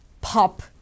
pop